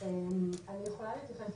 אשמח להכיר לכם: